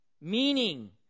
Meaning